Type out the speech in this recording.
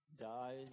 dies